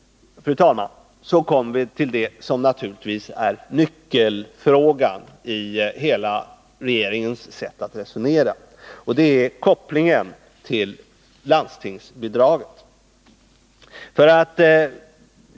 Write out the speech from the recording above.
Fru talman! Nyckelfrågan i regeringens sätt att resonera gäller naturligtvis kopplingen till landstingsbidraget.